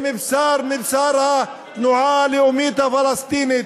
הם בשר מבשר התנועה הלאומית הפלסטינית.